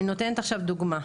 אני נותנת עכשיו דוגמה,